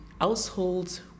households